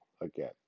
again